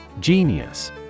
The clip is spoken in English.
Genius